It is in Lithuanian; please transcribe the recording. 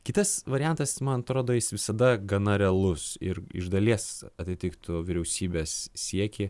kitas variantas man atrodo jis visada gana realus ir iš dalies atitiktų vyriausybės siekį